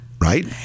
Right